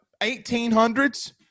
1800s